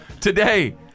Today